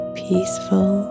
peaceful